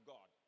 God